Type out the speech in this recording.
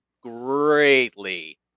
greatly